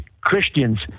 Christians